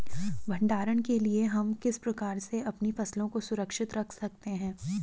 भंडारण के लिए हम किस प्रकार से अपनी फसलों को सुरक्षित रख सकते हैं?